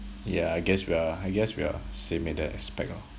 yeah I guess we are I guess we are similar that aspect orh